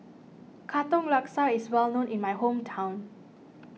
Katong Laksa is well known in my hometown